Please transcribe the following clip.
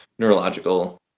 neurological